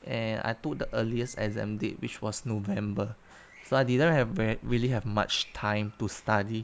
and I took the earliest exam date which was november so I didn't have ver~ really have much time to study